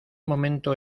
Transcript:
momento